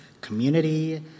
community